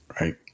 Right